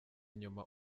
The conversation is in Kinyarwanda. inyuma